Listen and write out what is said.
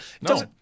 No